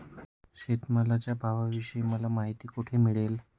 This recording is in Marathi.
शेतमालाच्या भावाविषयी मला माहिती कोठे मिळेल?